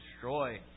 destroy